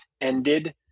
ended